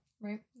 Right